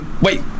Wait